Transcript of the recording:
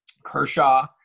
Kershaw